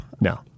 No